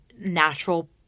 natural